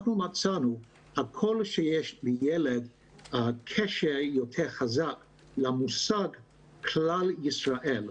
שככל שיש לילד קשר יותר חזק למושג כלל ישראל,